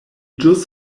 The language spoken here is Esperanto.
ĵus